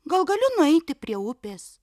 gal galiu nueiti prie upės